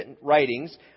writings